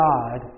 God